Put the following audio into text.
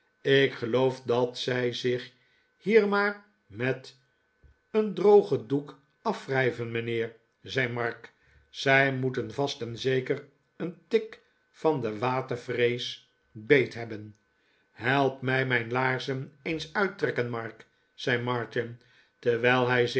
ik geloof dat zij zich hier maar met een drogen doek afwrijven mijnheer zei mark zij moeten vast en zeker een tik van de watervrees beethebben help mij mijn iaarzen eens uittrekken mark zei martin terwijl hij zich